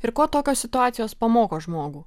ir ko tokios situacijos pamoko žmogų